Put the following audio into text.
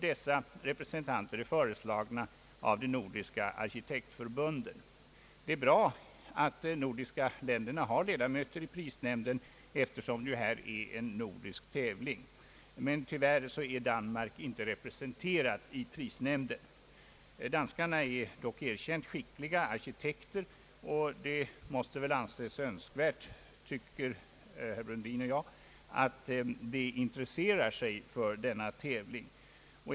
Dessa representanter är föreslagna av de nordiska arkitektförbunden. Det är bra att de nordiska länderna har ledamöter i prisnämnden, eftersom detta är en nordisk tävling. Men tyvärr är Danmark inte representerat i = prisnämnden. Danskarna är erkänt skickliga arkitekter, och det måste anses önskvärt, tycker herr Brundin och jag, att de intresserar sig för denna tävling.